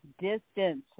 distance